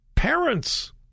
Parents